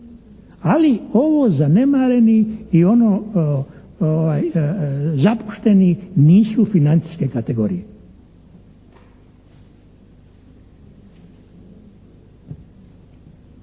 ali ovo zanemareni i ono zapušteni nisu financijske kategorije.